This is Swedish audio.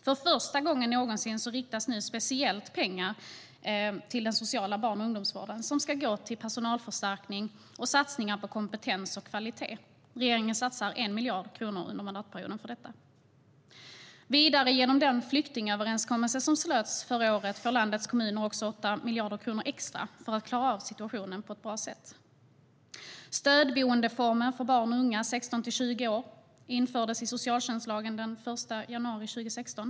För första gången någonsin riktas pengar speciellt till den sociala barn och ungdomsvården, som ska gå till personalförstärkning och satsningar på kompetens och kvalitet. Regeringen satsar 1 miljard kronor under mandatperioden för detta. Genom den flyktingöverenskommelse som slöts förra året får landets kommuner också 8 miljarder kronor extra för att klara av situationen på ett bra sätt. Stödboendeformen för barn och unga, 16-20 år, infördes i socialtjänstlagen den 1 januari 2016.